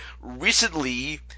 recently